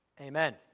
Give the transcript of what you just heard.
Amen